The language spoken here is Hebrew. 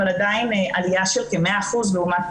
אבל עדיין עלייה של כ-100% לעומת